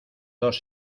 dos